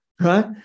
right